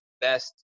best